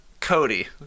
Cody